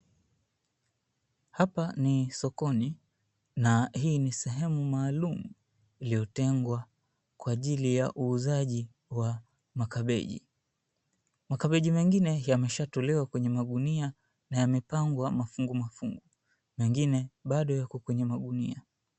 Hapa ni sokoni na hii ni sehemu maalum iliyotengwa kwa ajili ya uuzaji wa makabeji, mengine yametolewa kwenye magunia na yamepangwa mafungumafungu na mengine bado yako kwenye magunia.